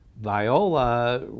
Viola